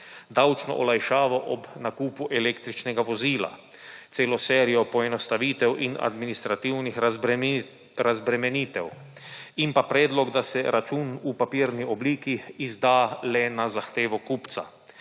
davčno olajšavo ob nakupu električnega vozila, celo serijo poenostavitev in administrativnih razbremenitev in pa predlog, da se račun v papirni obliki izda le na zahtevo kupca.